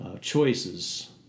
choices